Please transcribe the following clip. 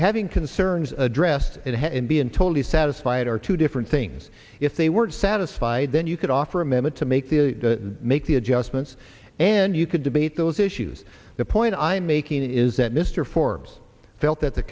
having concerns addressed and being totally satisfied are two different things if they weren't satisfied then you could offer a minute to make the make the adjustments and you could debate those issues the point i'm making is that mr forbes felt that the